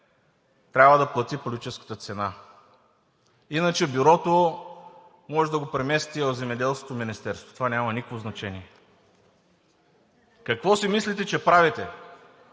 трябва да плати политическата цена. Иначе Бюрото може да го премести в Земеделското министерство – това няма никакво значение. Какво си мислите, че правите?